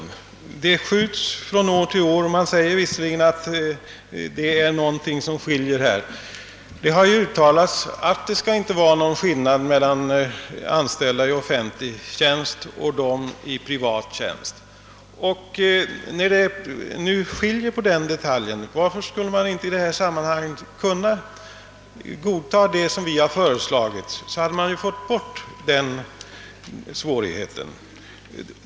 Frågan skjuts fram år efter år trots att man håller med om att det föreligger skillnader; det har ju sagts, herr talman, att det inte skall finnas någon skillnad mellan anställda i offentlig och privat tjänst, men när det nu skiljer beträffande denna detalj frågar man sig var för reservanternas förslag inte skulle kunna godtas. Då skulle ju den här oformligheten försvinna.